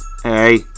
Hey